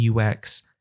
UX